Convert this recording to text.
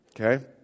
okay